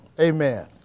Amen